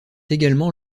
également